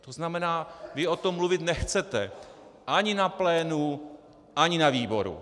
To znamená, vy o tom mluvit nechcete ani na plénu, ani na výboru.